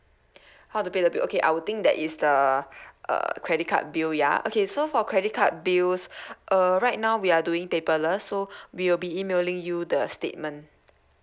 how to pay the bill okay I will think that it's the uh credit card bill ya okay so for credit card bills uh right now we are doing paperless so we will be emailing you the statement